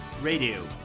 Radio